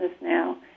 now